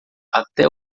até